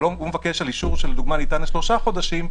הוא מבקש על אישור שלדוגמה ניתן לשלושה חודשים,